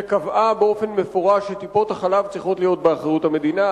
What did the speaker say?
שקבעה במפורש שטיפות-החלב צריכות להיות באחריות המדינה.